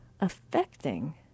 Affecting